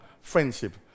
friendship